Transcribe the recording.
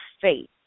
faith